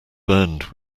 burned